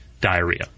diarrhea